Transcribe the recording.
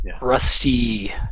rusty